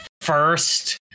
first